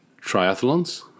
triathlons